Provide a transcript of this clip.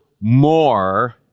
more